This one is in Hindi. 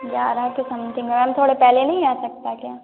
ग्यारह के समथिंग मैम थोड़ा पहले नहीं आ सकता क्या